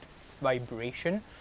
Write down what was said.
vibration